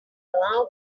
allow